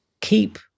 keep